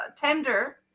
tender